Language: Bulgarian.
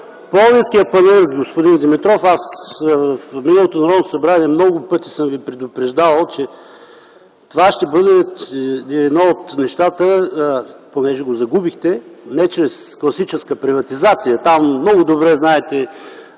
Пловдивският панаир, господин Димитров, в миналото Народно събрание много пъти съм Ви предупреждавал, че това ще бъде едно от нещата, понеже го загубихте не чрез класическа приватизация, много добре знаете